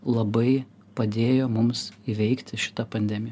labai padėjo mums įveikti šitą pandemiją